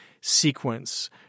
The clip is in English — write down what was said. sequence